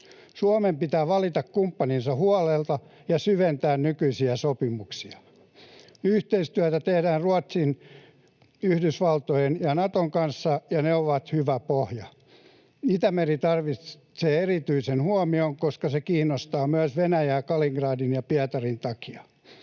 Suomen pitää valita kumppaninsa huolella ja syventää nykyisiä sopimuksia. Yhteistyötä tehdään Ruotsin, Yhdysvaltojen ja Naton kanssa, ja ne ovat hyvä pohja. Itämeri tarvitsee erityisen huomion, koska se kiinnostaa myös Venäjää Kaliningradin ja Pietarin takia.